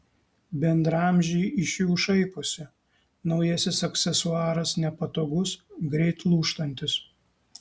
bendraamžiai iš jų šaiposi naujasis aksesuaras nepatogus greit lūžtantis